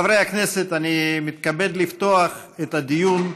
נעבור להצעות לסדר-היום בנושא: